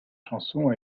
chanson